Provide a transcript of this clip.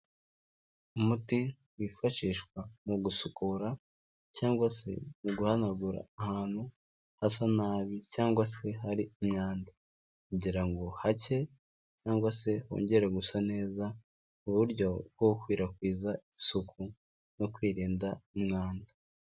umuti wifashishwa mu gusukura, cyangwa se mu guhanagura ahantu hasa nabi cyangwa se hari imyanda. Kugira ngo hake cyangwa se hongere gusa neza uburyo bwo gukwirakwiza isuku no kwirinda umwanda.